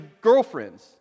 girlfriends